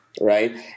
right